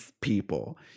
people